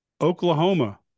Oklahoma